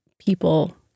people